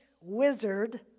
wizard